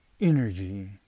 energy